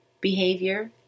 Behavior